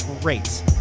Great